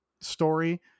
story